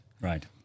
Right